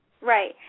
right